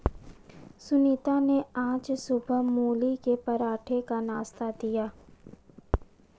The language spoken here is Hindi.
सुनीता ने आज सुबह मूली के पराठे का नाश्ता दिया